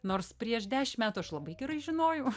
nors prieš dešimt metų aš labai gerai žinojau